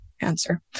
answer